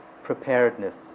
Preparedness